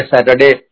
Saturday